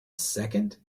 second